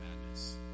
madness